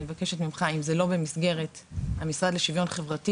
אני מבקשת ממך אם זה לא במסגרת המשרד לשוויון חברתי